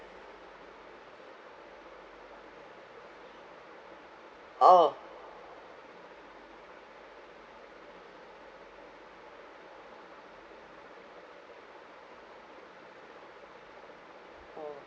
orh orh